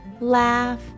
laugh